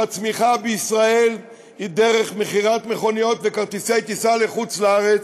שהצמיחה בישראל היא דרך מכירת מכוניות וכרטיסי טיסה לחוץ-לארץ,